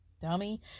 dummy